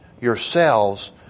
yourselves